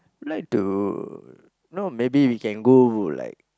like to you know maybe we can go for like